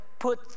put